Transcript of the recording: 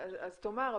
אז תאמר,